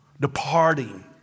departing